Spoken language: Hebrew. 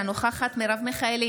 אינה נוכחת מרב מיכאלי,